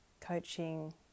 Coaching